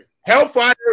Hellfire